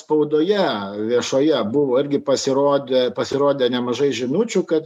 spaudoje viešoje buvo irgi pasirodė pasirodė nemažai žinučių kad